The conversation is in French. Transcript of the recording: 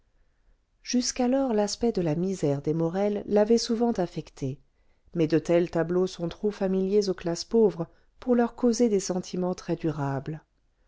jusqu'alors l'aspect de la misère des morel l'avait souvent affectée mais de tels tableaux sont trop familiers aux classes pauvres pour leur causer des sentiments